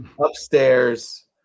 upstairs